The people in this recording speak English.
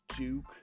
Duke